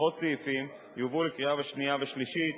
עשרות סעיפים, יובאו לקריאה שנייה ושלישית